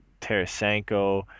Tarasenko